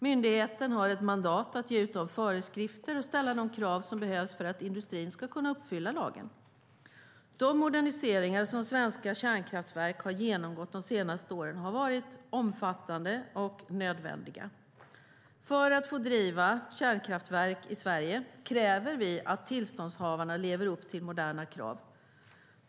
Myndigheten har ett mandat att ge ut de föreskrifter och ställa de krav som behövs för att industrin ska uppfylla lagen. De moderniseringar som svenska kärnkraftverk har genomgått de senaste åren har varit omfattande och nödvändiga. För att få driva ett kärnkraftverk i Sverige kräver vi att tillståndshavarna lever upp till moderna krav.